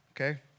okay